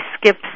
Skip